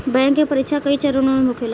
bank के परीक्षा कई चरणों में होखेला